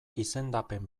izendapen